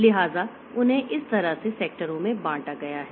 लिहाजा उन्हें इस तरह से सेक्टरों में बांटा गया है